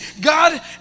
God